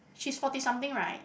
she's forty something right